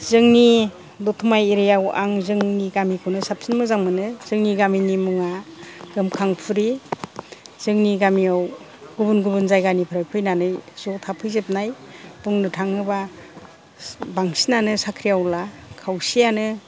जोंनि दतमा एरियाआव आं जोंनि गामिखौनो साबसिन मोजां मोनो जोंनि गामिनि मुङा गोमखांफुरि जोंनि गामियाव गुबुन गुबुन जायगानिफ्राय फैनानै ज' थाफैजोबनाय बुंनो थाङोबा बांसिनानो साख्रिआवला खावसेयानो